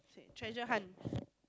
treasure hunt